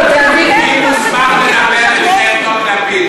מי מוסמך, טומי לפיד?